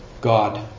God